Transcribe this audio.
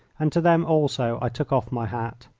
and to them also i took off my hat.